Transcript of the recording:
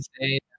say –